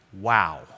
wow